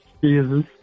Jesus